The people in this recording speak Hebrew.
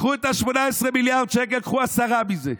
קחו את ה-18 מיליארד שקל, קחו 10 מזה,